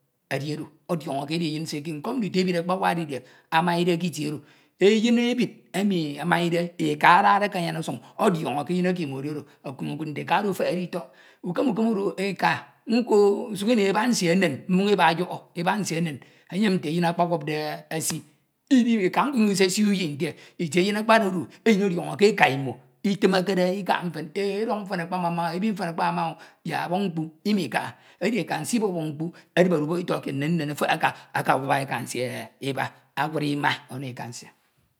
Edi oro odiọñọ ke ech eyin nsie ke edi nkọm ndito ebid akpawak dide amaide ke itie oro. Eyin ebid emi amaide eka adade ke anyan usan odiọñọ ke ekemo edi oro onyin nte eka oro efehede itọk. Ukem ukrm oro eka nko usukini eba nsie enen, mmoñ eba ọyọhọ eba nsie enen, eyem nte eyun akpa wupde esii. Eka oro inyañ isesii uyi nte itieke eyun ekpededu eyin odiọñọ ke eka imo, itemekede ikaha mfan eron mfan akpamama, ebid akpamama yak ọboñ mkpu imikaha, edi eka nsie ibọbọñ mkpu edibede ubọk itọk kied nnan nnen efehe aka ekwup eka nsie eba awud ma ono eka nsie